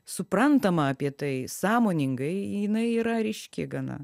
suprantama apie tai sąmoningai jinai yra ryški gana